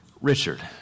Richard